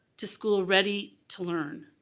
to school ready to learn.